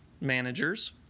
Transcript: managers